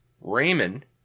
Raymond